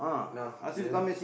now then